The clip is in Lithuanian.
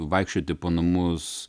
vaikščioti po namus